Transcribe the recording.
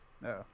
no